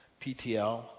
PTL